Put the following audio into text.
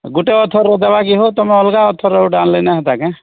ଗୁଟେ ଅଥର ର ଦବା ଯିବ ତମେ ଅଲଗା ଅଥର ର ଗୁଟେ ଆନଲେ ନାଇଁ ହେତା କାଏ